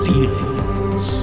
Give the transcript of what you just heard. Feelings